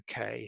UK